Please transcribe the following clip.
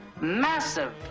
Massive